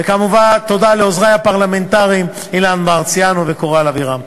וכמובן תודה לעוזרי הפרלמנטריים אילן מרסיאנו וקורל אבירם.